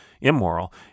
immoral